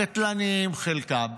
הקטלניים חלקם,